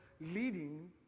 leading